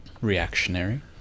reactionary